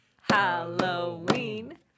Halloween